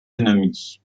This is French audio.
ennemis